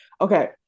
okay